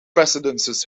residences